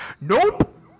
Nope